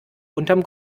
unterm